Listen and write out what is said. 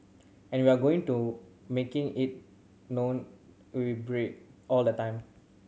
and we're going to making it known we break all the time